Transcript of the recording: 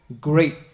great